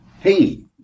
hey